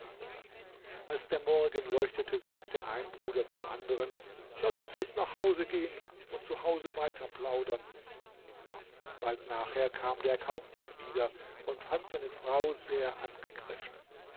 als der morgen leuchtete sagte ein bruder zum andern laß uns jetzt nach hause gehen und zu hause weiter plaudern bald nachher kam der kaufmann wieder und fand seine frau sehr angegriffen